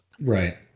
Right